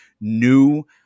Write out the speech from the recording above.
new